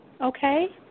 okay